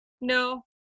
No